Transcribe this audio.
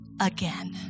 again